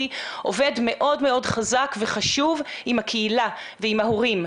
עובד מאוד מאוד חזק וחשוב עם הקהילה ועם ההורים.